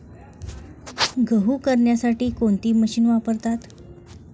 गहू करण्यासाठी कोणती मशीन वापरतात?